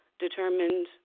determined